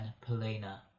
Polina